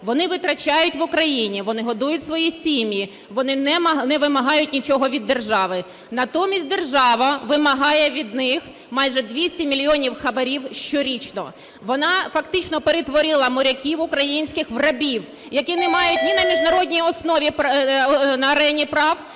Вони витрачають в Україні, вони годують свої сім'ї, вони не вимагають нічого від держави. Натомість держава вимагає від них майже 200 мільйонів хабарів щорічно. Вона фактично перетворила моряків українських в рабів, які не мають ні на міжнародній арені прав,